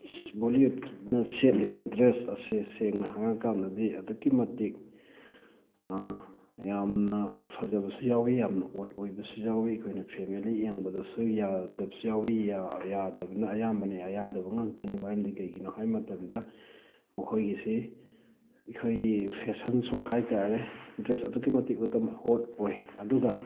ꯕꯣꯂꯤꯋꯨꯗꯅ ꯁꯦꯠꯂꯤꯕ ꯗ꯭ꯔꯦꯁ ꯑꯁꯦ ꯁꯦꯡꯅ ꯍꯥꯏꯔ ꯀꯥꯟꯗꯗꯤ ꯑꯗꯨꯛꯀꯤ ꯃꯇꯤꯛ ꯌꯥꯝꯅ ꯐꯖꯕꯁꯨ ꯌꯥꯎꯋꯤ ꯌꯥꯝꯅ ꯑꯣꯗ ꯑꯣꯏꯕꯁꯨ ꯌꯥꯎꯋꯤ ꯑꯩꯈꯣꯏꯅ ꯐꯦꯃꯦꯂꯤ ꯌꯦꯡꯕꯗꯁꯨ ꯌꯥꯗꯕꯁꯨ ꯌꯥꯎꯋꯤ ꯌꯥꯗꯕꯅ ꯑꯌꯥꯝꯕꯅꯤ ꯑꯌꯥꯗꯕ ꯉꯥꯛꯇꯅꯤ ꯃꯔꯝꯗꯤ ꯀꯩꯒꯤꯅꯣ ꯍꯥꯏꯕ ꯃꯇꯝꯗ ꯃꯈꯣꯏꯒꯤꯁꯤ ꯑꯩꯈꯣꯏꯒꯤ ꯐꯦꯁꯟ ꯁꯣ ꯍꯥꯏꯇꯥꯔꯦ ꯗ꯭ꯔꯦꯁ ꯑꯗꯨꯛꯀꯤ ꯃꯇꯤꯛ ꯍꯣꯠ ꯑꯣꯏ ꯑꯗꯨꯒ